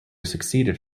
succeeded